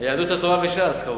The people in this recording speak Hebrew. יהדות התורה וש"ס, כמובן.